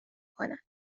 کنن